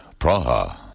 Praha